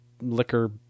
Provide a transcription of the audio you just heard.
liquor